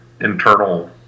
internal